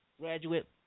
graduate